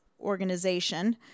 organization